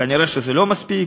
כנראה זה לא מספיק,